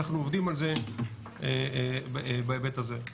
אנחנו עובדים על זה בהיבט הזה.